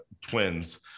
Twins